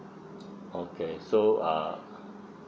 okay so uh